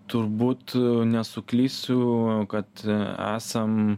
turbūt nesuklysiu kad esam